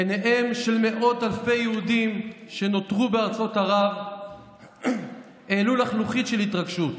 עיניהם של מאות אלפי יהודים שנותרו בארצות ערב העלו לחלוחית של התרגשות.